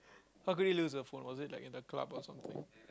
how could you lose your phone was it like in the club or something